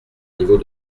niveau